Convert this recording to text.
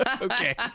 Okay